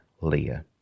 Leah